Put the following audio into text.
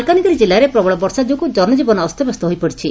ମାଲକାନଗିରି ଜିଲ୍ଲାରେ ପ୍ରବଳ ବର୍ଷା ଯୋଗୁଁ ଜନଜୀବନ ଅସ୍ତବ୍ୟସ୍ତ ହୋଇପଡ଼ିଛି